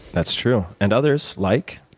that's true. and others like,